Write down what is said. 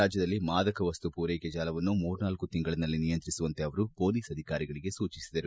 ರಾಜ್ಯದಲ್ಲಿ ಮಾದಕ ಮಸ್ತು ಪೂರೈಕೆ ಜಾಲವನ್ನು ಮೂರ್ನಾಲ್ಕು ತಿಂಗಳಲ್ಲಿ ನಿಯಂತ್ರಿಸುವಂತೆ ಅವರು ಪೊಲೀಸ್ ಅಧಿಕಾರಿಗಳಿಗೆ ಸೂಚಿಸಿದರು